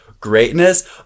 greatness